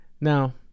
now